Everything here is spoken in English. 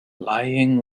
lying